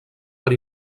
per